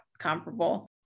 comparable